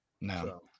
No